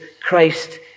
Christ